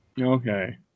Okay